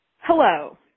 Hello